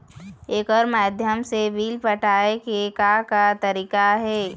एकर माध्यम से बिल पटाए के का का तरीका हे?